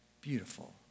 beautiful